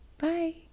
Bye